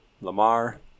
Lamar